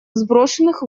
сброшенных